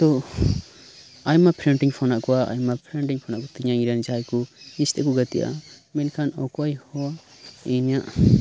ᱛᱚ ᱟᱭᱢᱟ ᱯᱷᱨᱮᱱᱴ ᱤᱧ ᱯᱷᱳᱱ ᱟᱫ ᱠᱚᱣᱟ ᱟᱭᱢᱟ ᱯᱷᱨᱮᱱᱴ ᱤᱧ ᱠᱚᱛᱤᱧᱟ ᱤᱧᱨᱮᱱ ᱡᱟᱦᱟᱸᱭ ᱠᱚ ᱤᱧ ᱥᱟᱶᱛᱮᱫ ᱠᱚ ᱜᱟᱛᱮᱜᱼᱟ ᱢᱮᱱᱠᱷᱟᱱ ᱚᱠᱚᱭ ᱦᱚᱸ ᱤᱧᱟᱜ